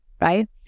right